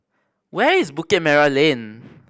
where is Bukit Merah Lane